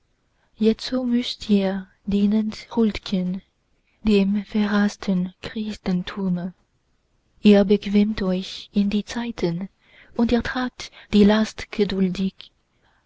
jetzo müßt ihr dienend huldgen dem verhaßten christentume ihr bequemt euch in die zeiten und ihr tragt die last